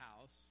house